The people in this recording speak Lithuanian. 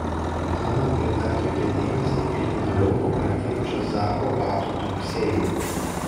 ana ir atkreipė dėmesį į linoleumu artėjančio zako batų dunksėjimą